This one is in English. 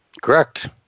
Correct